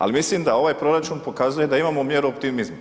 Ali mislim da ovaj proračun pokazuje da imamo mjeru optimizma.